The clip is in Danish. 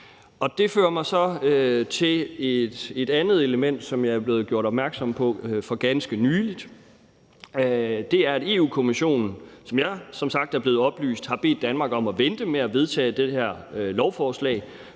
Det fører mig så til et andet element, som jeg er blevet gjort opmærksom på for ganske nylig, og det er, at Europa-Kommissionen – sådan som jeg som sagt er blevet oplyst – har bedt Danmark om at vente med at vedtage det her lovforslag,